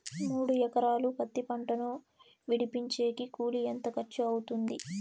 మూడు ఎకరాలు పత్తి పంటను విడిపించేకి కూలి ఎంత ఖర్చు అవుతుంది?